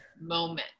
moment